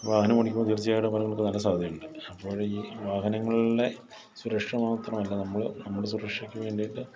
വാഹനമോടിക്കുമ്പോൾ തീർച്ചയായിട്ടും അപകടങ്ങൾക്ക് നല്ല സാധ്യതയുണ്ട് അപ്പോൾ ഈ വാഹനങ്ങളിലെ സുരക്ഷ മാത്രമല്ല നമ്മൾ നമ്മുടെ സുരക്ഷയ്ക്ക് വേണ്ടിയിട്ട്